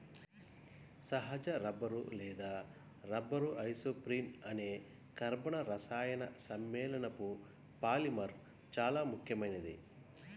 సహజ రబ్బరు లేదా rubber isoprene అనే కర్బన రసాయన సమ్మేళనపు పాలిమర్ చాలా ముఖ్యమైనది